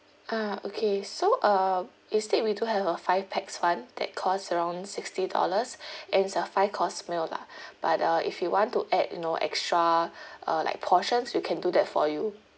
ah okay so uh instead we do have a five pax one that costs around sixty dollars and it's a five course meal lah but uh if you want to add you know extra uh like portions we can do that for you